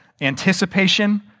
anticipation